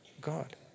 God